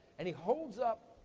and he holds up,